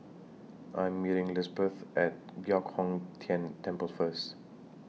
I Am meeting Lisbeth At Giok Hong Tian Temple First